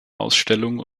ausstellungen